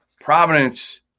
Providence